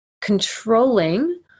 controlling